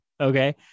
Okay